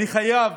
אני חייב